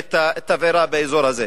את התבערה באזור הזה.